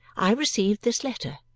i received this letter.